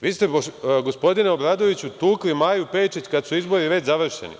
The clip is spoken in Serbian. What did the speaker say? Vi ste gospodine Obradoviću, tukli Maju Pejčić kad su izbori već završeni.